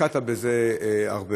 השקעת בזה הרבה.